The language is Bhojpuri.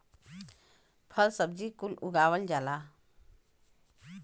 फल सब्जी कुल उगावल जाला